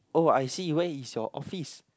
oh I see where is your office